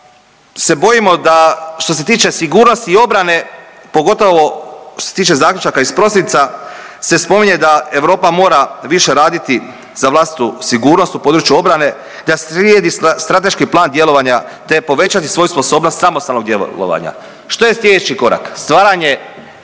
se bojimo da što se tiče sigurnosti i obrane, pogotovo što se tiče zaključaka iz prosinca, se spominje da Europa mora više raditi za vlastitu sigurnost u području obrane, da slijedi strateški plan djelovanja te povećati svoju sposobnost samostalnog djelovanja. Što je sljedeći korak? Stvaranje